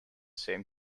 same